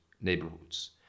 neighborhoods